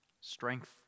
Strength